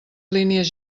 línies